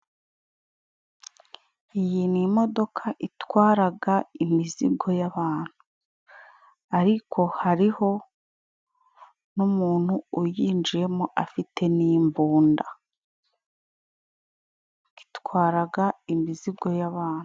Iyi ni imodoka itwaraga imizigo y'abantu, ariko hariho n'umuntu uyinjiyemo afite n'imbunda, itwaraga imizigo y'abantu.